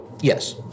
Yes